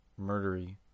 murdery